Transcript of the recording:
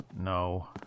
No